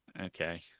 okay